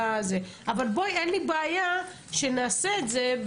אבל אין לי בעיה שנעשה את זה,